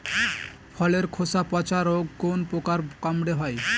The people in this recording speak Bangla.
ফলের খোসা পচা রোগ কোন পোকার কামড়ে হয়?